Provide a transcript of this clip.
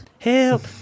Help